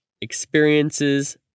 experiences